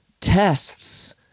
tests